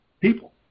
people